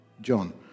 John